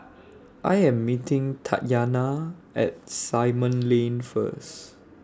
I Am meeting Tatyanna At Simon Lane First